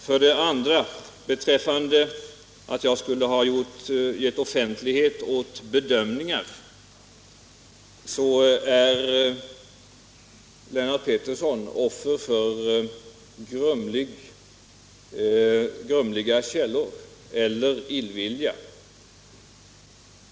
För det andra: När det gäller påståendet att jag skulle ha gett offentlighet åt bedömningar är Lennart Pettersson offer för grumliga källor eller illvilja.